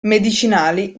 medicinali